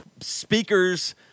speakers